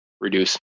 reduce